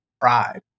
pride